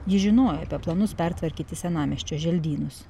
ji žinojo apie planus pertvarkyti senamiesčio želdynus